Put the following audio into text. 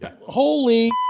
holy